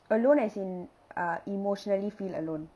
alone as in uh emotionally feel alone